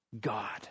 God